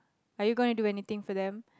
are you going to do anything for them